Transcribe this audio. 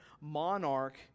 monarch